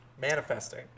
Manifesting